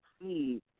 see